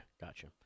gotcha